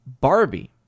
Barbie